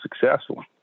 successful